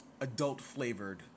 adult-flavored